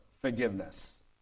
forgiveness